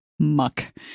muck